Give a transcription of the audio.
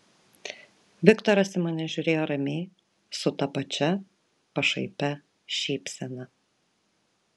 viktoras į mane žiūrėjo ramiai su ta pačia pašaipia šypsena